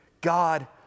God